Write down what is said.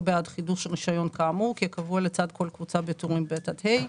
או בעד חידוש רישיון כאמור כקבוע לצד כל קבוצה בטורים ב-ה,